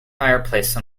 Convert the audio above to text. fireplace